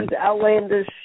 outlandish